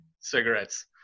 cigarettes